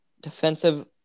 defensive